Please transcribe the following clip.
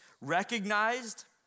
recognized